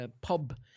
pub